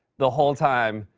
the whole time,